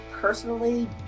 personally